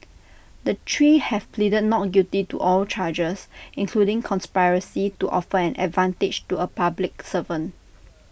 the three have pleaded not guilty to all charges including conspiracy to offer an advantage to A public servant